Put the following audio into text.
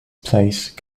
place